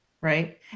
right